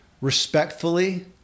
respectfully